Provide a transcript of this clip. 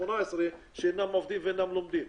18 שאינם עובדים ואינם לומדים,